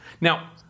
Now